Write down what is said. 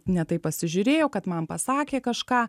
ne taip pasižiūrėjo kad man pasakė kažką